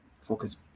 focus